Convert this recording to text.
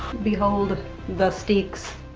behold the sticks.